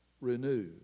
Renew